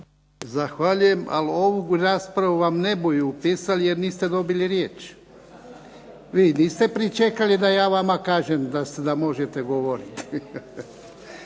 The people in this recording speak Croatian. Zahvaljujem. Ali ovu raspravu vam ne budu pisali jer niste dobili riječ. Vi niste pričekali da ja vama kažem da možete govoriti.